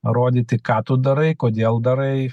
rodyti ką tu darai kodėl darai